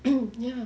ya